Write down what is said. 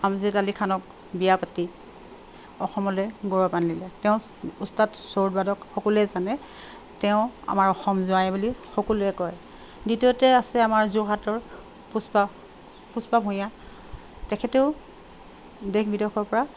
আমজাদ আলি খানক বিয়া পাতি অসমলৈ গৌৰৱ আনিলে তেওঁ উস্তাত চ'ৰবাদক সকলোৱে জানে তেওঁ আমাৰ অসম জোৱাই বুলি সকলোৱে কয় দ্বিতীয়তে আছে আমাৰ যোৰহাটৰ পুষ্পা পুষ্পা ভূঁঞা তেখেতেও দেশ বিদেশৰ পৰা